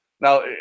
Now